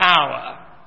hour